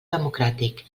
democràtic